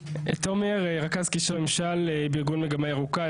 רכז קשרי ממשל בארגון מגמה ירוקה,